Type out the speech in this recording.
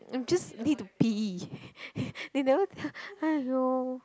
I'm just need to pee they never !aiyo!